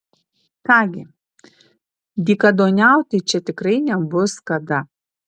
ką gi dykaduoniauti čia tikrai nebus kada